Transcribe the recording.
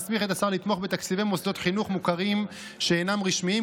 המסמיך את השר לתמוך בתקציבי מוסדות חינוך מוכרים שאינם רשמיים,